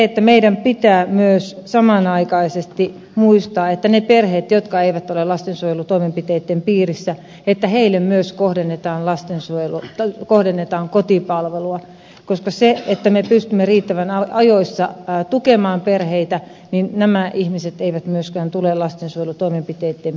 elikkä meidän pitää myös samanaikaisesti muistaa että niille perheille jotka eivät ole lastensuojelutoimenpiteitten piirissä myös kohdennetaan kotipalvelua koska jos me pystymme riittävän ajoissa tukemaan perheitä niin nämä ihmiset eivät myöskään tule lastensuojelutoimenpiteitten piiriin